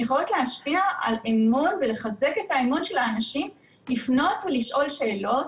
הן יכולות להשפיע על אמון ולחזק את האמון של האנשים לפנות ולשאול שאלות,